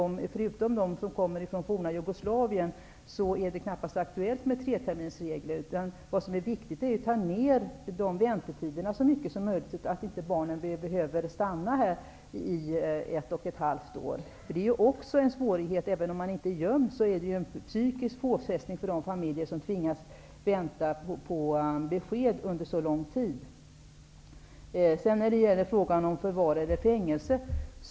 Förutom de som kommer från det forna Jugoslavien är det i dag knappast aktuellt med treterminsregeln. Det är viktigt att få ned väntetiderna så mycket som möjligt. Även om man inte är gömd, är det en psykisk påfrestning för de familjer som tvingas att under så lång tid som ett och ett halvt år vänta på besked.